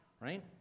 right